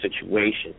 situation